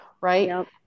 right